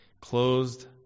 closed